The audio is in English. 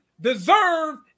deserve